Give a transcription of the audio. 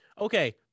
Okay